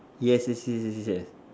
yes yes yes yes yes